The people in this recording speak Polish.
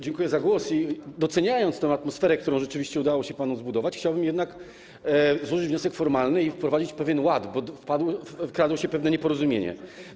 Dziękuję za głos i doceniając tę atmosferę, jaką rzeczywiście udało się panu zbudować, chciałbym jednak złożyć wniosek formalny i wprowadzić pewien ład, bo wkradło się pewne nieporozumienie.